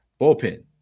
bullpen